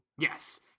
yes